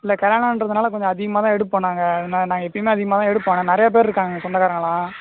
இல்லை கல்யாணன்றதுனால கொஞ்சம் அதிகமாக தான் எடுப்போம் நாங்கள் நாங்கள் எப்பயுமே அதிகமாக தான் எடுப்போம் ஆனால் நிறையா பேரு இருக்காங்கள் எங்கள் சொந்தக்காரங்களாம்